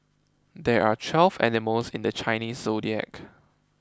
there are twelve animals in the Chinese zodiac